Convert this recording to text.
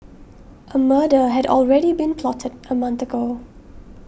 a murder had already been plotted a month ago